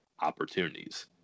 opportunities